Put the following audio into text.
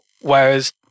Whereas